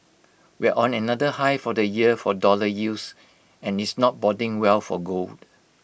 we're on another high for the year for dollar yields and it's not boding well for gold